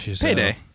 Payday